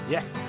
Yes